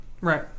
Right